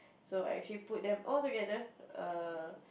so I actually put them all together err